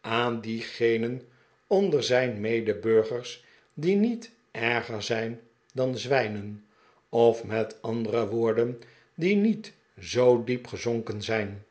aan diegenen onder zijn medeburgers die niet erger zijn dan zwijnen of met andere woorden die niet zoo diep gezonken zijn